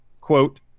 quote